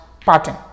pattern